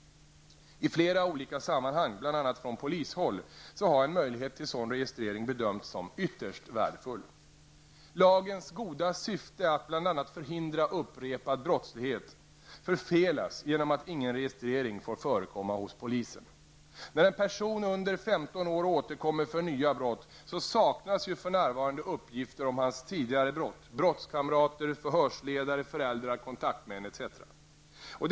I flera olika sammanhang, bl.a. från polishåll, har en möjlighet till sådan registrering bedömts som ytterst värdefull. Lagens goda syfte, att bl.a. förhindra upprepad brottslighet, förfelas genom att ingen registrering får förekomma hos polisen. När en person under 15 år återkommer för nya brott, saknas ju för närvarande uppgifter om hans tidigare brott, brottskamrater, förhörsledare, föräldrar, kontaktmän etc.